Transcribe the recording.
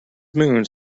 moons